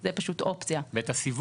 החוק הזה קובע את הסיווג.